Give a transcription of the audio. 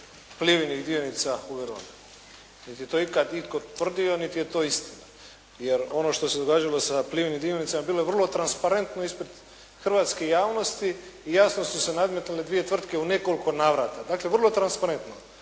Plivinih dionica u Veroni, niti je to ikad itko tvrdio niti je to istina. Jer, ono što se događalo sa Plivinim dionicama bilo je vrlo transparentno ispred hrvatske javnosti i jasno su se nadmetale dvije tvrtke u nekoliko navrata. Dakle, vrlo transparentno